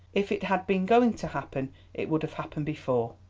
if it had been going to happen it would have happened before.